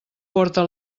porta